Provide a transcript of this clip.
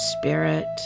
spirit